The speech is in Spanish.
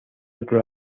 otro